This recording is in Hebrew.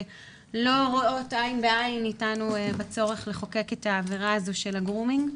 לא רואות עיין בעיין איתנו בצורך לחוקק את העבירה הזו של הגרומינג.